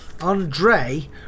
Andre